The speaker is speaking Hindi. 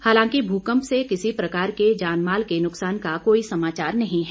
हालांकि भूकंप से किसी प्रकार के जान माल के नुक्सान का कोई समाचार नहीं है